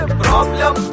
problem